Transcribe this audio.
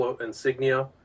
insignia